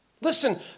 Listen